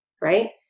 right